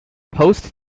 post